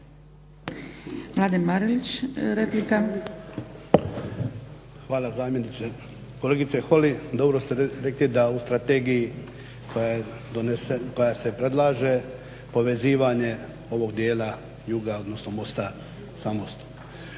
Hvala. Kolegice Holy dobro ste rekli da u strategiji koja se predlaže povezivanje ovog dijela juga, odnosno mosta sa mostom.